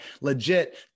legit